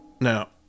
now